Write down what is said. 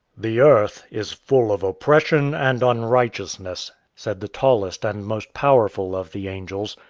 the earth is full of oppression and unrighteousness, said the tallest and most powerful of the angels.